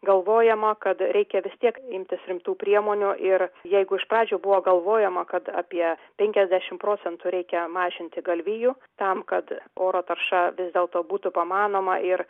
galvojama kad reikia vis tiek imtis rimtų priemonių ir jeigu iš pradžių buvo galvojama kad apie penkiasdešimt procentų reikia mažinti galvijų tam kad oro tarša vis dėlto būtų pamanoma ir